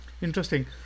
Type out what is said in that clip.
Interesting